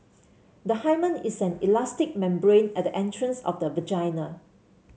the hymen is an elastic membrane at the entrance of the vagina